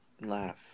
laugh